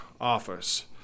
office